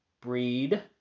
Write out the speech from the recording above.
breed